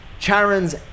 Charon's